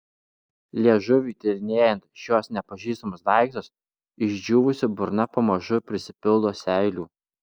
liežuviui tyrinėjant šiuos nepažįstamus daiktus išdžiūvusi burna pamažu prisipildo seilių